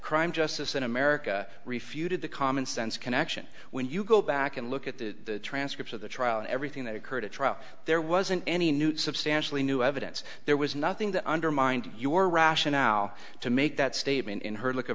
crime justice in america refuted the common sense connection when you go back and look at the transcripts of the trial and everything that occurred at trial there wasn't any new substantially new evidence there was nothing that undermined your rationale to make that statement in her l